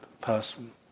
person